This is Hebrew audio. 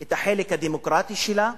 את החלק הדמוקרטי שלה,